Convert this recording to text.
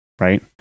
Right